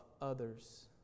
others